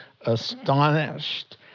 astonished